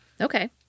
okay